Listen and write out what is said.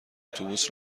اتوبوس